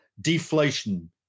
deflation